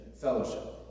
fellowship